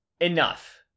enough